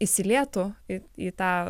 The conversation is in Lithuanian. įsilietų į į tą